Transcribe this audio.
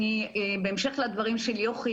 בהמשך לדברים של יוכי,